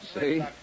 See